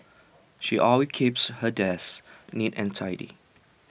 she always keeps her desk neat and tidy